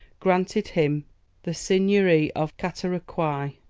granted him the seignory of catarocouy,